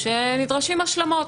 שנדרשים השלמות.